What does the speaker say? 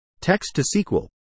text-to-sql